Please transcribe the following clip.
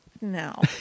No